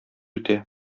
үтә